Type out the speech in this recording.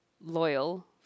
loyal